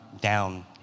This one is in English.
down